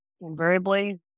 invariably